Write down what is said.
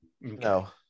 no